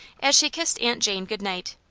as she kissed aunt jane good night.